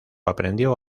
aprendió